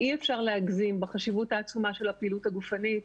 אי אפשר להגזים בחשיבות העצומה של הפעילות הגופנית.